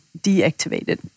deactivated